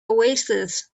oasis